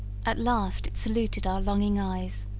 at last it saluted our longing eyes,